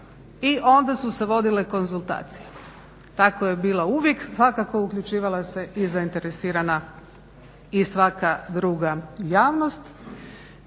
i onda su se vodile konzultacije. Tako je bilo uvijek, svakako uključivala se i zainteresirana i svaka druga javnost.